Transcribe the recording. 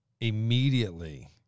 immediately